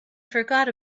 forgot